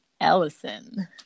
Ellison